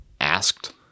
asked